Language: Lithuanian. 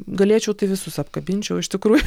galėčiau tai visus apkabinčiau iš tikrųjų